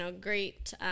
great